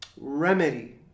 remedy